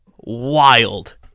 wild